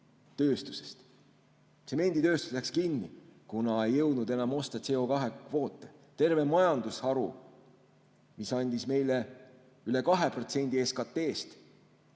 tsemenditööstusest. Tsemenditööstus läks kinni, kuna ei jõudnud enam osta CO2kvoote. Terve majandusharu, mis andis üle 2% meie SKT‑st,